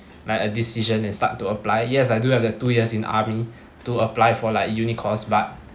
like a decision and start to apply yes I do have the two years in army to apply for like uni course but